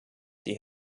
die